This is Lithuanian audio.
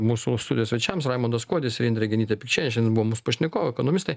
mūsų studijos svečiams raimondas kuodis ir indrė genytė pikčienė šiandien buvo mūsų pašnekovai ekonomistai